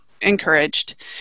encouraged